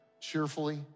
cheerfully